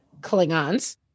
Klingons